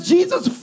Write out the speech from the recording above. Jesus